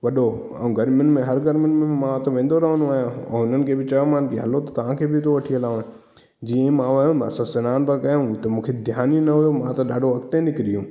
वॾो ऐं गर्मियुनि में हर गर्मी में मां त वेंदो रहंदो आहियां ऐं हुननि खे बि चयोमानि की हलो त तव्हांखे बि थो वठी हलां जीअं मां वियोमांसि त सनानु पिया कयूं हुते मूंखे ध्यानु ई न हुयो मां त ॾाढो अॻिते निकिरी वयुमि